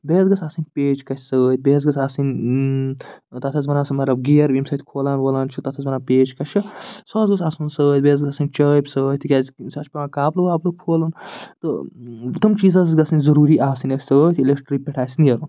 بیٚیہِ حظ گژھ آسٕنۍ پیچ کَش سۭتۍ بیٚیہِ حظ گٔژھ آسٕنۍ اۭں تَتھ حظ وَنان سُہ مطلب گِیر ییٚمہِ سۭتۍ کھولان وولان چھِ تَتھ حظ وَنان پیچ کَش سُہ حظ گوٚژھ آسُن سۭتۍ بیٚیہِ حظ گژھ آسٕنۍ چٲبۍ سۭتۍ تِکیٛازِ کنہِ ساتہٕ چھُ پیٚوان کابلہٕ وابلہٕ کھولُن تہٕ ٲں تِم چیٖز حظ گژھیٚن ضروٗری آسٕنۍ اسہِ سۭتۍ ییٚلہِ اسہِ ٹرٛپہِ پٮ۪ٹھ آسہِ نیرُن